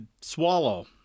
swallow